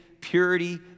purity